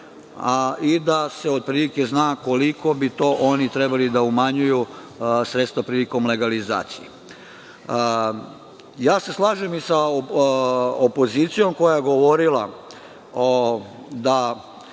i da se otprilike zna koliko bi to oni trebali da umanjuju sredstva prilikom legalizacije. Slažem se i sa opozicijom koja je govorila da